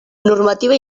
normativa